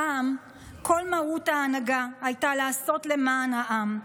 פעם כל מהות ההנהגה הייתה לעשות למען העם.